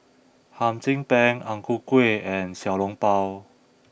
Hum Chim Peng Ang Ku Kueh and Xiao Long Bao